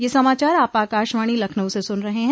ब्रे क यह समाचार आप आकाशवाणी लखनऊ से सुन रहे हैं